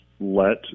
let